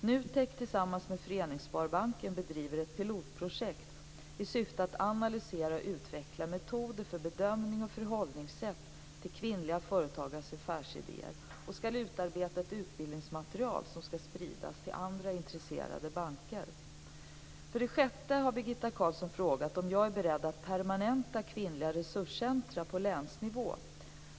NUTEK, tillsammans med Föreningssparbanken, bedriver ett pilotprojekt i syfte att analysera och utveckla metoder för bedömning och förhållningssätt till kvinnliga företagares affärsidéer och skall utarbeta ett utbildningsmaterial som skall spridas till andra intresserade banker. För det sjätte har Birgitta Carlsson frågat om jag är beredd att permanenta kvinnliga resurscentrum på länsnivå.